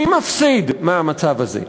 מי מפסיד מהמצב הזה?